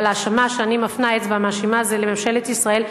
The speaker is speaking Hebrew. אבל אני מפנה אצבע מאשימה לממשלת ישראל,